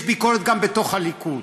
יש ביקורת גם בתוך הליכוד.